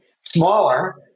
smaller